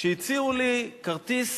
הציעו לי כרטיס